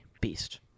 Beast